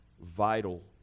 vital